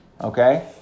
Okay